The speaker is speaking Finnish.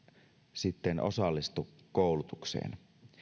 sitten osallistu koulutukseen